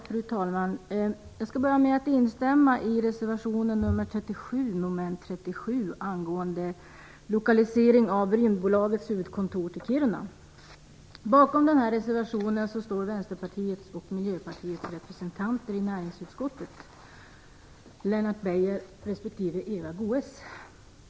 Fru talman! Jag skall börja med att instämma i reservation nr 37 under mom. 37 angående en lokalisering av Rymdbolagets huvudkontor till Kiruna. Bakom reservationen står Vänsterpartiets och Miljöpartiets representanter i näringsutskottet, Lennart Beijer respektive Eva Goës.